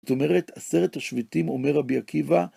זאת אומרת, עשרת השבטים, אומר רבי עקיבא..